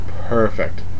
Perfect